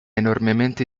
enormemente